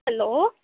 hello